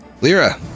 Lyra